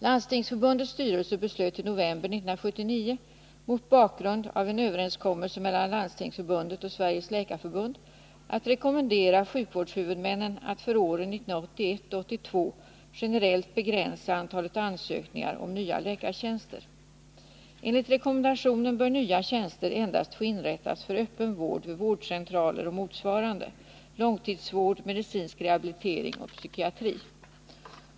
Landstingsförbundets styrelse beslöt i november 1979 — mot bakgrund av en överenskommelse mellan Landstingsförbundet och Sveriges läkarförbund — att rekommendera sjukvårdshuvudmännen att för åren 1981 och 1982 generellt begränsa antalet ansökningar om nya läkartjänster. Enligt rekommendationen bör nya tjänster endast få inrättas för öppen vård vid vårdcentraler , långtidssjukvård, medicinsk rehabilitering och psykiatri.